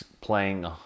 playing